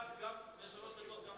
שאלה אחת, יש שלוש דקות גם לי?